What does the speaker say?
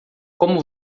como